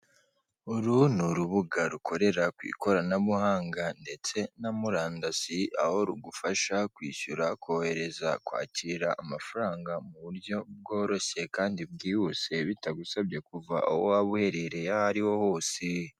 Uru ni urubuga rukorera ku ikoranabuhanga ndetse na murandasi, aho rugufasha kwishyura, kohereza, kwakira amafaranga mu buryo bworoshye kandi bwihuse, bitagusabye kuva aho waba uherereye aho ariho hose.